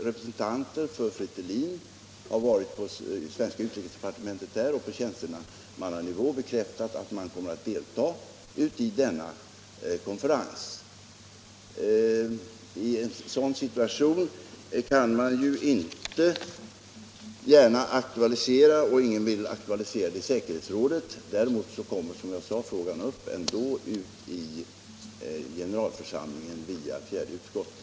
Representanter för Fretilin har varit på besök i utrikesdepartementet där och på tjänstemannanivå bekräftat att man kommer att delta i denna konferens. I en sådan situation kan man inte gärna aktualisera frågan i säkerhetsrådet, och ingen har heller velat göra det. Däremot kommer, som jag sade, frågan ändå upp i generalförsamlingen via fjärde utskottet.